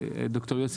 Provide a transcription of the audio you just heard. ד"ר יוסי,